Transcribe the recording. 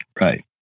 right